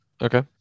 Okay